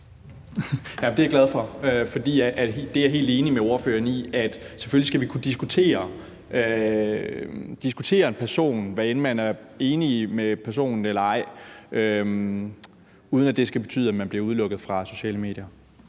Det er jeg glad for. For jeg er helt enig med ordføreren i, at selvfølgelig skal man kunne diskutere en person, hvad enten man er enig med personen eller ej, uden at det skal betyde, at man bliver udelukket fra sociale medier.